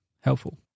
helpful